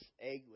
egg